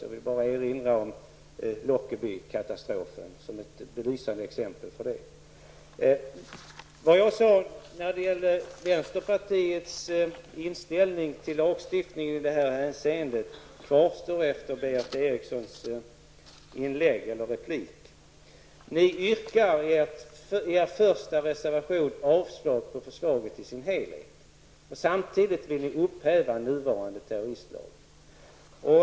Jag vill bara erinra om Lockerbiekatastrofen som ett belysande exempel. Vad jag sade när det gällde vänsterpartiets inställning till lagstiftningen i det här hänseendet kvarstår efter Berith Erikssons replik. Ni yrkar i er första reservation avslag på förslaget i dess helhet. Samtidigt vill ni upphäva nuvarande terroristlag.